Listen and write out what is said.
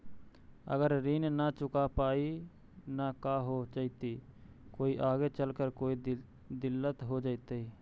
अगर ऋण न चुका पाई न का हो जयती, कोई आगे चलकर कोई दिलत हो जयती?